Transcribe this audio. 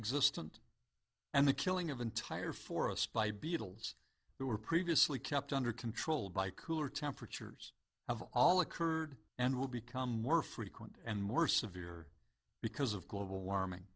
existent and the killing of entire forest by beetles who were previously kept under control by cooler temperatures have all occurred and will become more frequent and more severe because of global warming